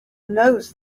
knows